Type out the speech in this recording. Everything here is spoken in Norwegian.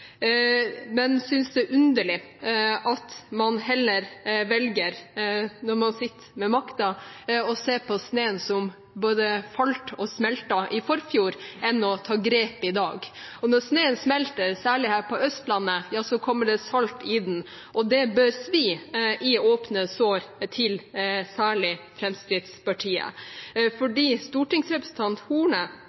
men syns det er underlig at man, når man sitter med makta, heller velger å se på snøen som både falt og smeltet i forfjor, enn å ta grep i dag. Og når snøen smelter, særlig her på Østlandet, ja så kommer det salt i den, og det bør svi i åpne sår for særlig Fremskrittspartiet, for i sin tid var stortingsrepresentant Horne